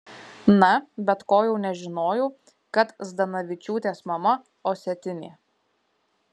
na bet ko jau nežinojau kad zdanavičiūtės mama osetinė